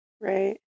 Right